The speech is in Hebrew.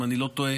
אם אני לא טועה,